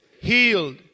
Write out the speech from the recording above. healed